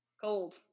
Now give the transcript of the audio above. cold